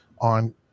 on